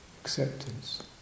acceptance